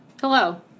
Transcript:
Hello